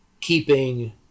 keeping